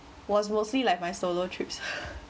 was mostly like my solo trips